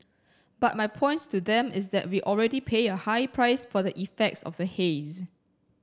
but my point to them is that we already pay a high price for the effects of the haze